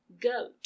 GOAT